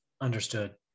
Understood